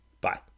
bye